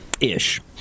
Ish